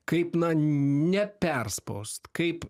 kaip na neperspaust kaip